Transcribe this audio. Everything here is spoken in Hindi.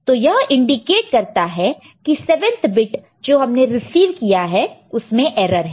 तो यह इंडिकेट करता है कि 7 th बिट जो हमने रिसीव किया है उसमें एरर है